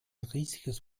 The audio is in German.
riesiges